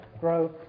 grow